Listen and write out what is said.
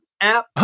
app